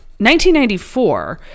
1994